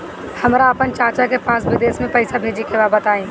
हमरा आपन चाचा के पास विदेश में पइसा भेजे के बा बताई